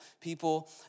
people